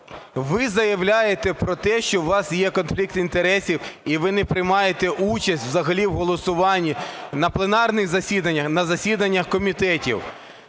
Ви заявляєте про те, що у вас є конфлікт інтересів - і ви не приймаєте участь взагалі в голосуванні на пленарних засіданнях, на засіданнях комітетів.